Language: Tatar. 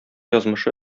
язмышы